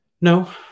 no